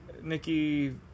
Nikki